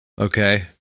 Okay